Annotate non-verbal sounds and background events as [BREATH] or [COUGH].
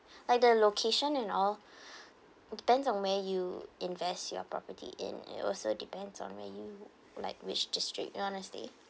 [BREATH] and the location and all [BREATH] depends on where you invest your property and it also depends on where you like which district honestly